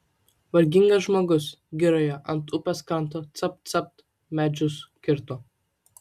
vargingas žmogus girioje ant upės kranto capt capt medžius kirto